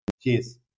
Cheers